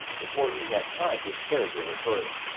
before he had time to interrogate her further.